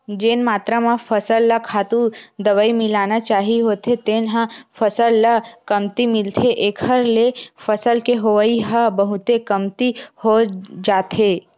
जेन मातरा म फसल ल खातू, दवई मिलना चाही होथे तेन ह फसल ल कमती मिलथे एखर ले फसल के होवई ह बहुते कमती हो जाथे